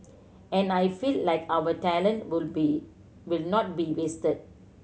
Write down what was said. and I feel like our talent would be would not be wasted